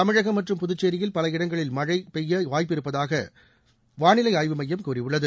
தமிழகம் மற்றும் புதுச்சோயில் பல இடங்களில் இன்று மழை பெய்ய வாய்ப்பிருப்பதாக வானிலை ஆய்வுமையம் கூறியுள்ளது